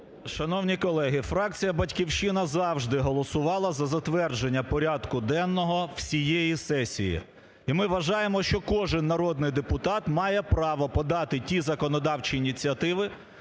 Шановні колеги, фракція "Батьківщина" завжди голосувала за затвердження порядку денного всієї сесії. І ми вважаємо, що кожен народний депутат має право подати ті законодавчі ініціативи,